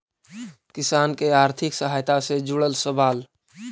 किसान के आर्थिक सहायता से जुड़ल सवाल?